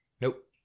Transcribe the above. Nope